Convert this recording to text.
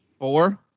Four